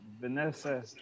Vanessa